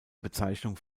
bezeichnung